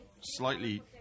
slightly